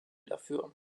dafür